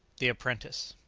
the apprentice.